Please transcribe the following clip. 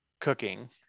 cooking